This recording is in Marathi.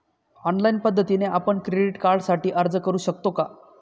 ऑनलाईन पद्धतीने आपण क्रेडिट कार्डसाठी अर्ज करु शकतो का?